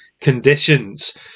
conditions